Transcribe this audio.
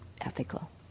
ethical